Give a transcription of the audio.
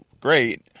great